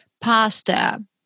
pasta